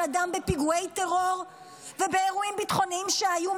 הדם בפיגועי טרור ובאירועים ביטחוניים שהיו,